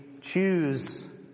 choose